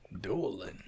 Dueling